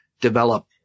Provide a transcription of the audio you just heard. develop